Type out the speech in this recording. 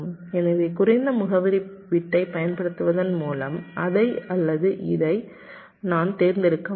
எனவே குறைந்த முகவரி பிட்டைப் பயன்படுத்துவதன் மூலம் இதை அல்லது இதை நான் தேர்ந்தெடுக்க முடியும்